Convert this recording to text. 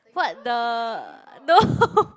what the no